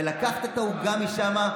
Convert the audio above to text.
לקחת את העוגה משם,